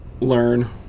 Learn